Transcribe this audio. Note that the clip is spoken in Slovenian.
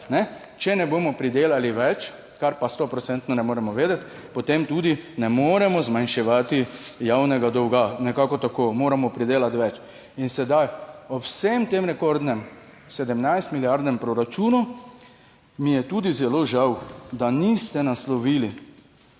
če ne bomo pridelali več, k pa sto procentno ne moremo vedeti, potem tudi ne moremo zmanjševati javnega dolga, nekako tako moramo pridelati več. In sedaj ob vsem tem rekordnem 17 milijardnem proračunu, mi je tudi zelo žal, da niste naslovili